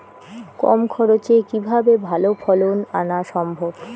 কম খরচে কিভাবে ভালো ফলন আনা সম্ভব?